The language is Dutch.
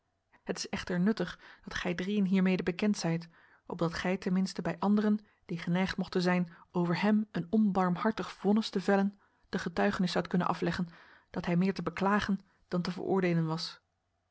het is echter nuttig dat gij drieën hiermede bekend zijt opdat gij ten minste bij anderen die geneigd mochten zijn over hem een onbarmhartig vonnis te vellen de getuigenis zoudt kunnen afleggen dat hij meer te beklagen dan te veroordeelen was